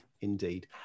indeed